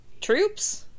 troops